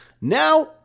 Now